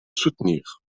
soutenir